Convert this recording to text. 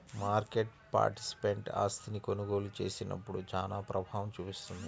market participant ఆస్తిని కొనుగోలు చేసినప్పుడు చానా ప్రభావం చూపిస్తుంది